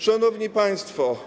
Szanowni Państwo!